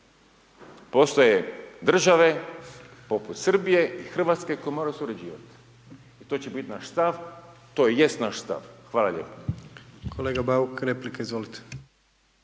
Postoje države poput Srbije i Hrvatske koje moraju surađivati, i to će biti naš stav, to jest naš stav. Hvala lijepo. **Jandroković, Gordan